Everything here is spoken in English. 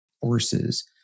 forces